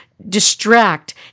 distract